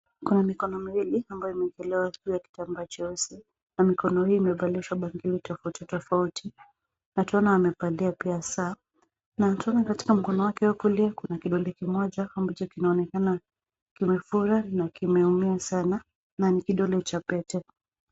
Kuna mikono miwili ambayo imewekelewa juu ya kitambaa cheusi na mikono hii imevalishwa bangili tofauti, tofauti, na tunaona amevalia pia saa. Na tunaona katika mkono wake wa kulia kuna kidole kimoja ambacho kinaonekana kimefura na kimeumia sana na ni kidole cha pete.